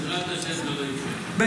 בעזרת השם, זה לא יקרה.